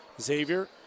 Xavier